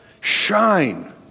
shine